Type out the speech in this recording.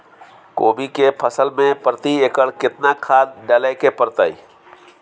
कोबी के फसल मे प्रति एकर केतना खाद डालय के परतय?